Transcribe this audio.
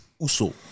Uso